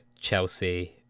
Chelsea